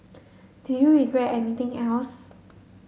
do you regret anything else